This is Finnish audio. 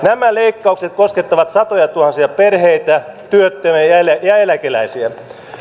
nämä leikkaukset koskettavat satojatuhansia perheitä työttömiä ja eläkeläisiä